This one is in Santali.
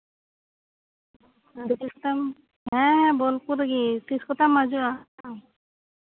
ᱦᱮᱸ ᱵᱳᱞᱯᱩᱨ ᱨᱮᱜᱤ ᱛᱤᱥ ᱠᱚᱛᱮᱢ ᱦᱟᱡᱩᱜᱼᱟ